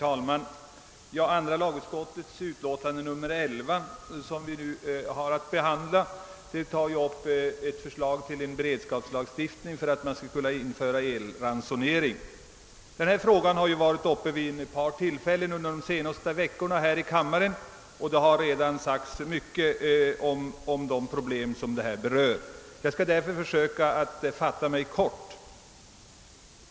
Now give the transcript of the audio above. Herr talman! Andra lagutskottets utlåtande nr 11, som vi nu har att behandla, avser ett förslag till beredskapslagstiftning som skall möjliggöra införande av elransonering. Denna fråga har varit uppe här i kammaren vid ett par tillfällen under de senaste veckorna, och det har redan sagts mycket om problemen i detta sammanhang. Jag skall därför försöka fatta mig kort.